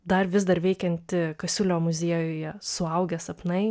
dar vis dar veikianti kasiulio muziejuje suaugę sapnai